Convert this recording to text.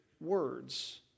words